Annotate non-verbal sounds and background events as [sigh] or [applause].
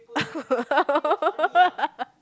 [laughs]